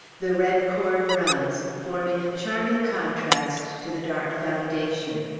the red cord runs, forming a charming contrast to the dark foundation.